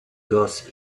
goes